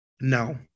No